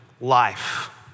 life